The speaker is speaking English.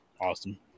Awesome